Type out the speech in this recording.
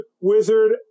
wizard